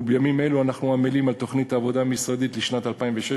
ובימים אלה אנחנו עמלים על תוכנית העבודה המשרדית לשנת 2016